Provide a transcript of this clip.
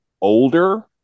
older